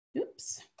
Oops